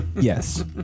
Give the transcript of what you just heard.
Yes